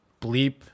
bleep